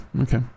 okay